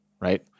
right